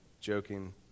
joking